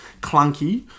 clunky